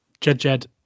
Jed-Jed